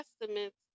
testaments